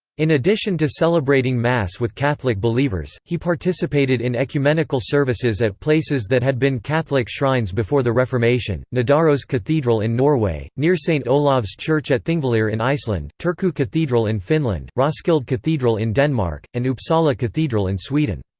in addition to celebrating mass with catholic believers, he participated in ecumenical services at places that had been catholic shrines before the reformation nidaros cathedral in norway near st. olav's church at thingvellir in iceland turku cathedral in finland roskilde cathedral in denmark and uppsala cathedral in sweden.